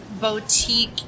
boutique